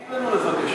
תגיד לנו בבקשה.